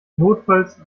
notfalls